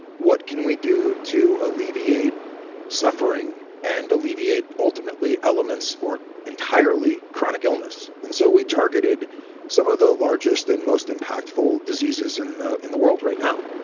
what can we do to alleviate suffering and alleviate, ultimately, elements or entirely chronic illness? and so we targeted some of the largest and most impactful diseases and in the world right now,